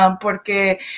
porque